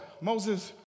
Moses